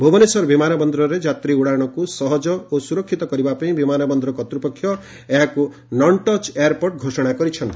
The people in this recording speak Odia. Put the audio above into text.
ଭୁବନେଶ୍ୱର ବିମାନ ବନ୍ଦରରେ ଯାତ୍ରୀ ଉଡ଼ାଣକୁ ସହଜ ଓ ସୁରକିତ କରିବାପାଇଁ ବିମାନ ବନ୍ଦର କର୍ତ୍ତୂପକ୍ଷ ଏହାକୁ ନନ୍ ଟଚ୍ ଏୟାରପୋର୍ଟ ଘୋଷଣା କରିଛନ୍ତି